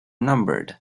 numbered